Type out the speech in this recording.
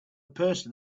person